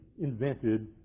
invented